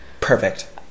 perfect